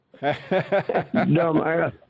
Dumbass